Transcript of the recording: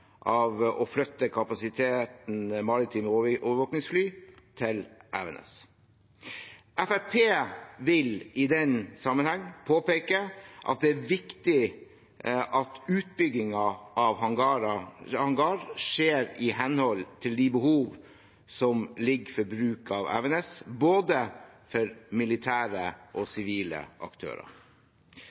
av vedtaket om å flytte kapasiteten, de maritime overvåkingsflyene, til Evenes. Fremskrittspartiet vil i den sammenheng påpeke at det er viktig at utbyggingen av hangar skjer i henhold til de behov som ligger for bruk av Evenes, både for militære og sivile aktører.